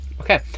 Okay